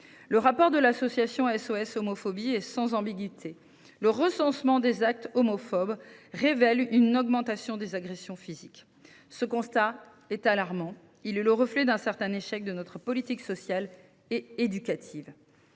Le rapport de l’association SOS homophobie est sans ambiguïté : le recensement des actes homophobes révèle une augmentation des agressions physiques. Ce constat est alarmant, car il est le reflet d’un certain échec de notre politique sociale et éducative.